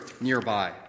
nearby